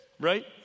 right